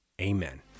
amen